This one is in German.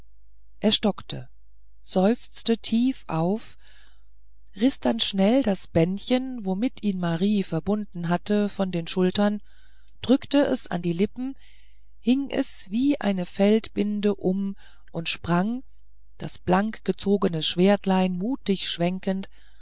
er stockte seufzte tief auf riß dann schnell das bändchen womit ihn marie verbunden hatte von den schultern drückte es an die lippen hing es wie eine feldbinde um und sprang das blank gezogene schwertlein mutig schwenkend